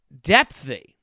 depthy